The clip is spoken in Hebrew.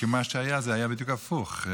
כי מה שהיה היה בדיוק הפוך.